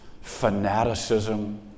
fanaticism